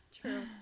True